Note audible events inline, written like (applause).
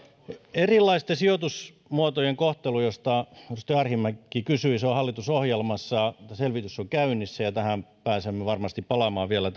erilaisten sijoitusmuotojen kohtelu josta edustaja arhinmäki kysyi on hallitusohjelmassa ja selvitys on käynnissä tähän pääsemme varmasti palaamaan vielä (unintelligible)